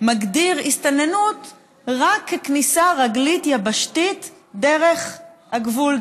מגדיר הסתננות רק ככניסה רגלית יבשתית דרך הגבול,